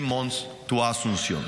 חודשים באסונסיון.